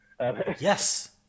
Yes